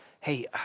Hey